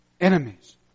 enemies